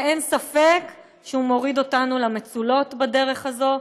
אין ספק שהוא מוריד אותנו למצולות בדרך הזאת.